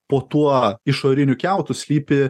po tuo išoriniu kiautu slypi